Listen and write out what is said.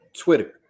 Twitter